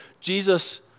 Jesus